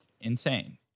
Insane